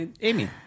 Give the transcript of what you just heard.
Amy